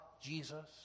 Jesus